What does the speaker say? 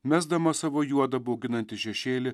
mesdamas savo juodą bauginantį šešėlį